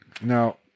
Now